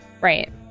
Right